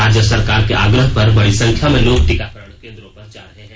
राज्य सरकार के आग्रह पर बडी संख्या में लोग टीकाकरण केन्द्रों पर जा रहे हैं